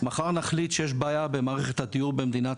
מחר נחליט שיש בעיה במערכת הדיור במדינת